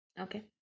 okay